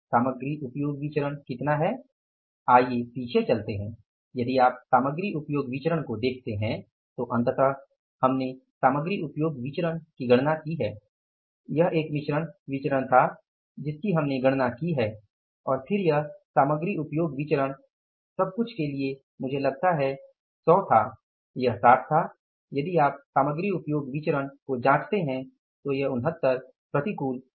सामग्री उपयोग विचरण कितना है आइए पीछे चलते हैं यदि आप सामग्री उपयोग विचरण को देखते हैं तो अंततः हमने सामग्री उपयोग विचरण की गणना की है यह एक मिश्रण विचरण था जिसकी हमने गणना की है और फिर यह सामग्री उपयोग विचरण सब कुछ के लिए मुझे लगता है 100 था यह 60 था यदि आप सामग्री उपयोग विचरण को जांचते है तो यह 69 प्रतिकूल था